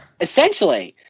essentially